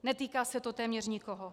Netýká se to téměř nikoho.